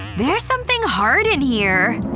there's something hard in here,